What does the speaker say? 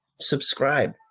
subscribe